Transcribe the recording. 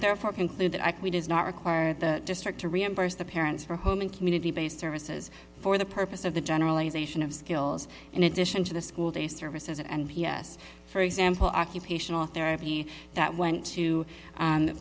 therefore conclude that i could be does not require the district to reimburse the parents for home and community based services for the purpose of the generalization of skills in addition to the school day services and n p s for example occupational therapy that went to